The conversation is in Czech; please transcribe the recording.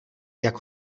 jak